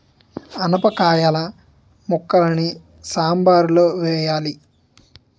ఆనపకాయిల ముక్కలని సాంబారులో వెయ్యాలి